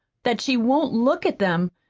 that she won't look at them.